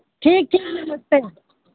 ठीक ठीक नमस्ते